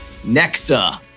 Nexa